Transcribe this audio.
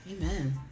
amen